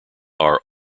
are